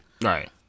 right